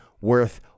worth